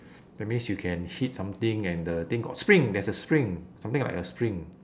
that means you can hit something and the thing got spring there's a spring something like a spring